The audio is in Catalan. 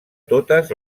totes